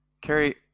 Carrie